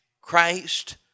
Christ